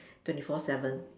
twenty four seven